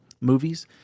movies